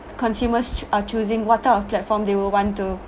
consumers ch~ are choosing what type of platform they will want to